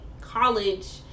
college